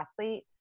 athlete